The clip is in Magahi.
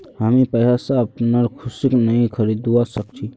हामी पैसा स अपनार खुशीक नइ खरीदवा सख छि